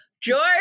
george